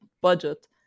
budget